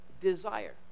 desire